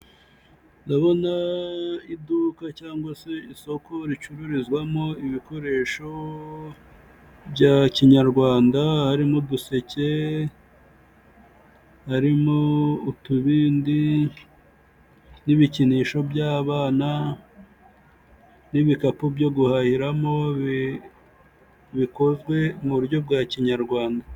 Ndabona iduka cyangwa se isoko ricururizwamo ibikoresho bya kinyarwanda harimo uduseke ,harimo utubindi n'ibikinisho by'abana n'ibikapu byo guhahiramo bikozwe mu buryo bwa kinyarwanda.